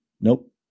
Nope